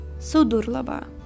Sudurlaba